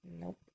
Nope